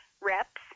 reps